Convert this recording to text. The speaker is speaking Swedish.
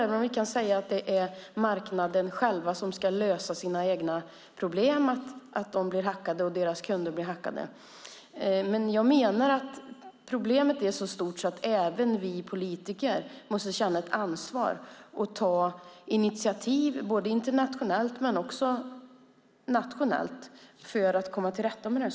Visst ska marknaden lösa sina problem med att de och kunderna blir hackade, men problemet är så stort att även vi politiker måste ta ansvar och initiativ både nationellt och internationellt för att komma till rätta med det.